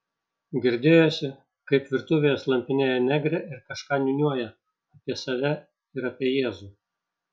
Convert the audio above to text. girdėjosi kaip virtuvėje slampinėja negrė ir kažką niūniuoja apie save ir apie jėzų